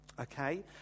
Okay